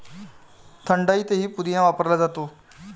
थंडाईतही पुदिना वापरला जातो